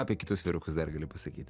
apie kitus vyrukus dar gali pasakyt